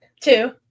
Two